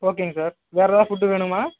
ஓகேங்க சார் வேறு ஏதாவது ஃபுட்டு வேணுமா